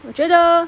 我觉得